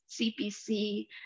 CPC